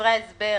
בדברי ההסבר